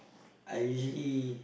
I usually